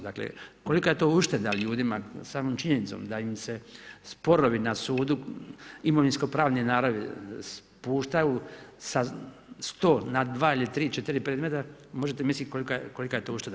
Dakle, kolika je to ušteda ljudima, samom činjenicom, da im se sporovi na sudu, imovinske pravni naravi, spuštaju sa 100 na 2 ili 3, 4 predmeta, možete misliti kolika je to ušteda.